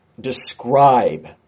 describe